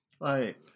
Right